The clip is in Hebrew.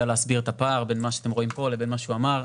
להסביר את הפער בין מה שאתם רואים פה לבין מה שהוא אמר.